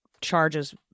charges